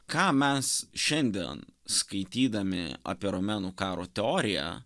ką mes šiandien skaitydami apie romėnų karo teoriją